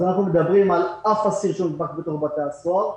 אנחנו מדברים על זה שאין אף אסיר שנדבק בתוך שירות בתי הסוהר,